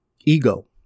Ego